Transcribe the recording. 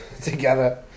together